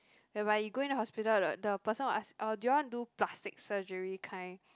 whereby you go in the hospital the the person will ask or do you want to do plastic surgery kind